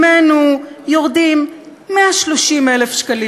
ממנו יורדים 130,000 שקלים.